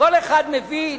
כל אחד מבין